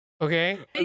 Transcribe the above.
okay